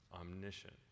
omniscient